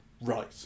right